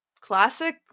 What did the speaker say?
classic